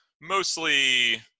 mostly